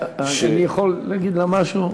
אני יכול להגיד לה משהו?